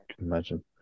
imagine